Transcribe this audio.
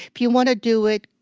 if you want to do it,